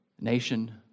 nation